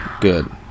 good